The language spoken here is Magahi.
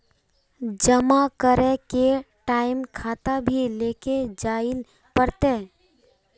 जमा करे के टाइम खाता भी लेके जाइल पड़ते?